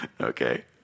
Okay